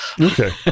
okay